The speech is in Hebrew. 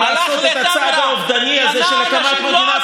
הלך לטמרה, קנה אנשים.